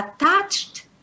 attached